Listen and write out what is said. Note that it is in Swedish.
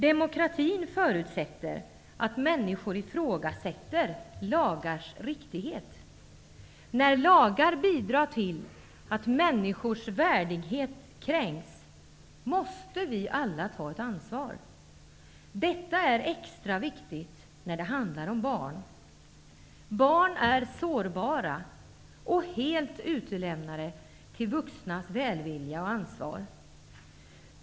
Demokratin förutsätter att människor ifrågasätter lagars riktighet. När lagar bidrar till att människors värdighet kränks måste vi alla ta ett ansvar. Detta är extra viktigt när det handlar om barn. Barn är sårbara och helt utlämnade till vuxnas välvilja och ansvar.